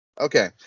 Okay